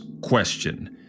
question